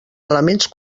elements